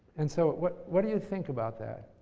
and so, what what do you think about that?